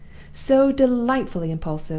so delightfully impulsive!